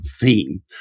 theme